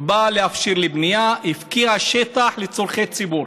בא להפשיר לבנייה והפקיע שטח לצורכי ציבור.